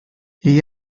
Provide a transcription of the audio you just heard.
gli